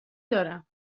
دارم